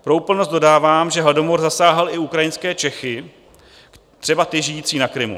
Pro úplnost dodávám, že hladomor zasáhl i ukrajinské Čechy, třeba ty žijící na Krymu.